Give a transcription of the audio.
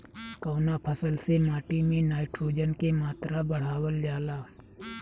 कवना फसल से माटी में नाइट्रोजन के मात्रा बढ़ावल जाला?